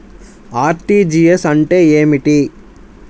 RTGS అంటే ఏమిటి?